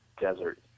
desert